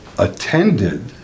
Attended